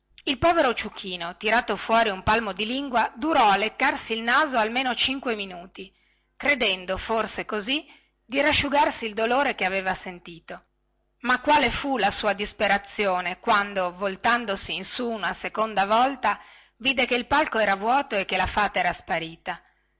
il povero ciuchino tirato fuori un palmo di lingua durò a leccarsi il naso almeno cinque minuti credendo forse così di rasciugarsi il dolore che aveva sentito ma quale fu la sua disperazione quando voltandosi in su una seconda volta vide che il palco era vuoto e che la fata era sparita